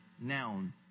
noun